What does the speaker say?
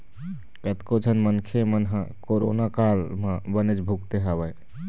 कतको झन मनखे मन ह कोरोना काल म बनेच भुगते हवय